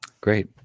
Great